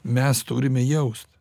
mes turime jaust